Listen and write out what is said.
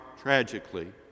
tragically